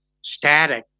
static